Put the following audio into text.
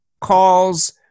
calls